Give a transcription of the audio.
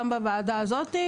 גם בוועדה הזאתי